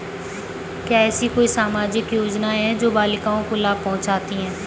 क्या ऐसी कोई सामाजिक योजनाएँ हैं जो बालिकाओं को लाभ पहुँचाती हैं?